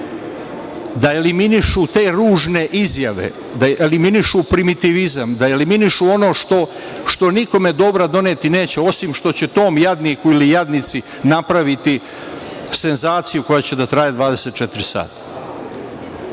u tom poslu, te ružne izjave, da eliminišu primitivizam, da eliminišu ono što nikome dobra doneti neće, osim što će tom jadniku ili jadnici napraviti senzaciju koja će da traje 24 sata.